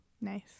Nice